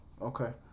okay